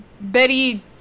Betty